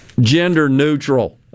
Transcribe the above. gender-neutral